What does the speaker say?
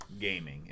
gaming